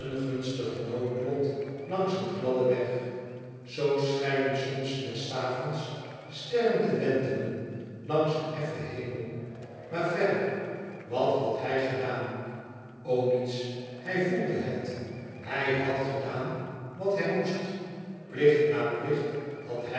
gunstig noodlot langs een gladden weg zoo schijnen soms des avonds sterren te wentelen langs een effen hemel maar verder wat had hij gedaan o niets hij voelde het hij had gedaan wat hij moest plicht na plicht had hij